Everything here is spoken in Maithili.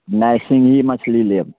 नहि सिङ्गघी मछली लेब